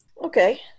okay